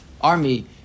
army